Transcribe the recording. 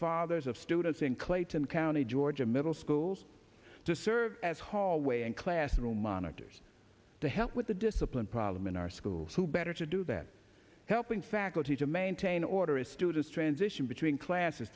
fathers of students in clayton county georgia middle schools to serve as hallway and classroom monitors to help with the discipline problem in our schools who better to do that helping faculty to maintain order as students transition between classes